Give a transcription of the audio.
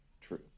true